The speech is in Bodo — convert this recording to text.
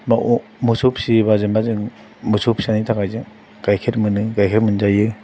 एबा मोसौ फिसियोबा जेनेबा जों मोसौ फिसिनायनि थाखाय जों गाइखेर मोनो गाइखेर मोनजायो